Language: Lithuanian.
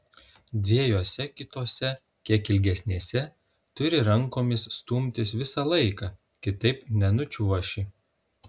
dviejose kitose kiek ilgesnėse turi rankomis stumtis visą laiką kitaip nenučiuoši